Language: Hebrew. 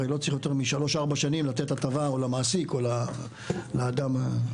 הרי לא צריך לתת הטבה למעסיק או לאדם יותר משלוש-ארבע שנים.